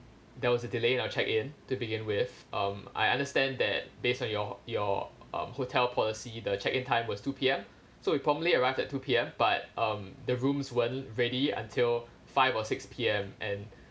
there was a delay at our check-in to begin with um I understand that based on your your um hotel policy the check-in time was two P_M so we probably arrived at two P_M but um the rooms weren't ready until five or six P_M and